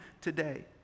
today